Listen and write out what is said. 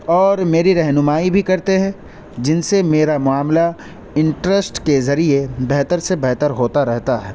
اور میری رہنمائی بھی کرتے ہیں جن سے میرا معاملہ انٹریسٹ کے ذریعے بہتر سے بہتر ہوتا رہتا ہے